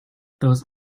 those